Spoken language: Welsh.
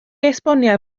esbonio